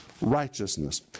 righteousness